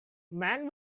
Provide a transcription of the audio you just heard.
man